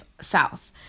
South